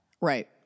Right